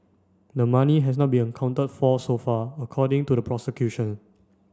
the money has not been accounted for so far according to the prosecution